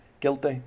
guilty